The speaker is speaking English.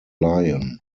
lion